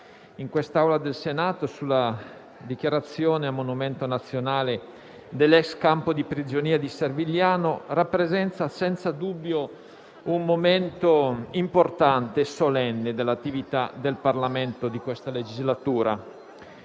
dichiarazioni di voto sulla dichiarazione di monumento nazionale dell'*ex* campo di prigionia di Servigliano rappresenta senza dubbio un momento importante e solenne dell'attività del Parlamento in questa legislatura.